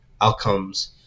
outcomes